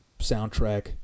soundtrack